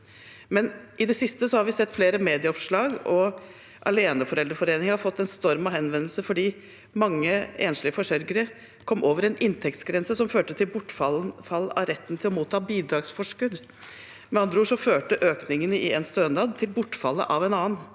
i det siste har vi sett flere medieoppslag, og Aleneforeldreforeningen har fått en storm av henvendelser, fordi mange enslige forsørgere kom over en inntektsgrense som førte til bortfall av retten til å motta bidragsforskudd. Med andre ord førte økningen i en stønad til bortfallet av en annen,